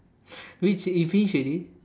wait you finish already